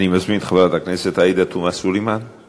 אני מזמין את חברת הכנסת עאידה תומא סלימאן